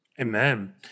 Amen